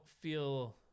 feel